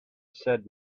said